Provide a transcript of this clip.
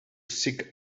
seek